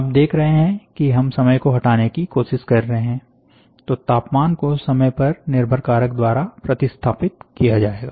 आप देख रहे हैं कि हम समय को हटाने की कोशिश कर रहे हैं तो तापमान को समय पर निर्भर कारक द्वारा प्रतिस्थापित किया जाएगा